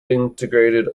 integrated